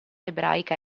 ebraica